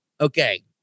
okay